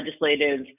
legislative